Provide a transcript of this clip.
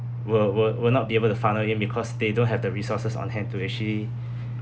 were were were not be able to follow it because they don't have the resources on hand to actually